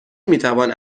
میتوان